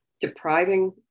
depriving